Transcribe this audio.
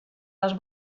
les